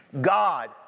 God